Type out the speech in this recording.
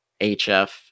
HF